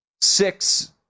six